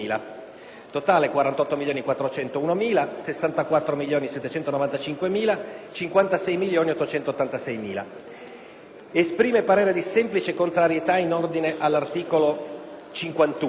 | TOTALE | 48.401.000 | 64.795.000 | 56.886.000 | Esprime parere di semplice contrarietà in ordine all'articolo 51.